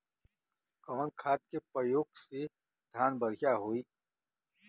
कवन खाद के पयोग से धान बढ़िया होई?